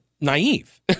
naive